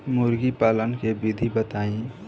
मुर्गी पालन के विधि बताई?